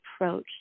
approach